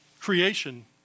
creation